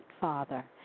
Father